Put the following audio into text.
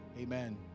amen